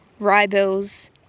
ryebills